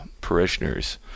parishioners